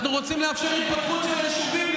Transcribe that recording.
אנחנו רוצים לאפשר התפתחות של היישובים,